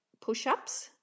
push-ups